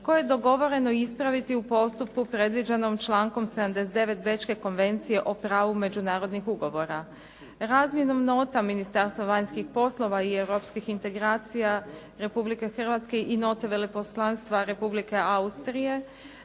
koje je dogovoreno ispraviti u postupku predviđenom člankom 79. Bečke konvencije o pravu međunarodnih ugovora. Razmjenom nota Ministarstva vanjskih poslova i europskih integracija Republike Hrvatske i note veleposlanstva Republike Austrije